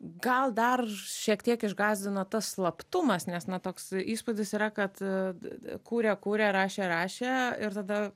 gal dar šiek tiek išgąsdino tas slaptumas nes na toks įspūdis yra kad kūrė kurė rašė rašė ir tada